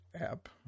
app